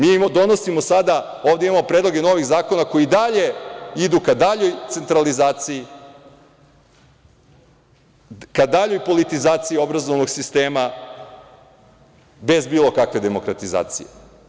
Mi donosimo sada, ovde imamo predloge novih zakona koji i dalje idu ka daljoj centralizaciji, ka daljoj politizaciji obrazovnog sistema bez bilo kakve demokratizacije.